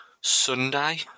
Sunday